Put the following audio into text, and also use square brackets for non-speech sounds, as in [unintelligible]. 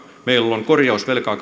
meillä on korjausvelkaa [unintelligible]